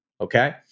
okay